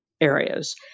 areas